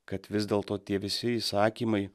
kad vis dėlto tie visi įsakymai